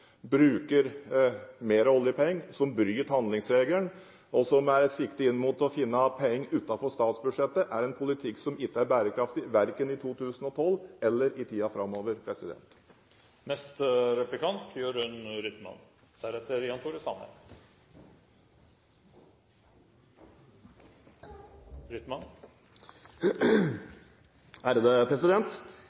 bruker mer oljepenger, som bryter handlingsregelen og som sikter inn mot å finne penger utenfor statsbudsjettet, er en politikk som ikke er bærekraftig verken i 2012 eller i tiden framover.